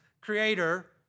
creator